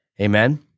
Amen